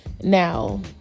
Now